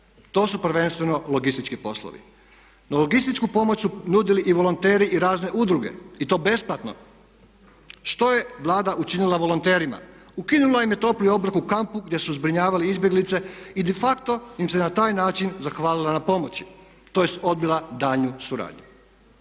To su prvenstveno logistički poslovi. No logističku pomoć su nudili i volonteri i razne udruge i to besplatno. Što je Vlada učinila volonterima? Ukinula im je topli obrok u kampu gdje su zbrinjavali izbjeglice i de facto im se na taj način zahvalila na pomoći, tj. odbila daljnju suradnju.